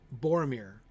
Boromir